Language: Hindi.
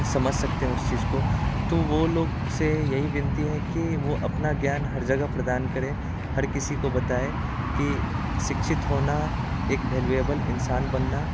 समझ सकते हैं उस चीज को तो वो लोग से यही विनती है कि वो अपना ज्ञान हर जगह प्रदान करें हर किसी को बताएँ कि शिक्षित होना एक वैल्युएबल इंसान बनना